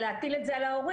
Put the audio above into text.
ולהפיל את זה על ההורים.